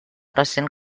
recent